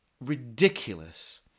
ridiculous